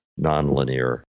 nonlinear